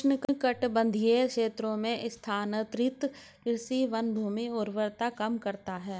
उष्णकटिबंधीय क्षेत्रों में स्थानांतरित कृषि वनभूमि उर्वरता कम करता है